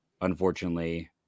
Unfortunately